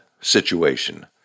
situation